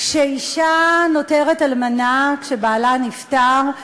כשאישה נותרת אלמנה לאחר שבעלה נפטר,